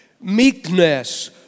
Meekness